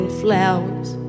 flowers